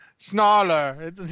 Snarler